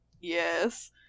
Yes